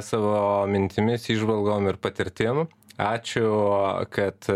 savo mintimis įžvalgom ir patirtim ačiū kad